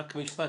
רק משפט,